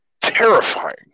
terrifying